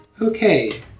Okay